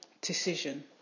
decision